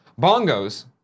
Bongos